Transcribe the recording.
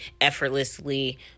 effortlessly